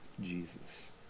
Jesus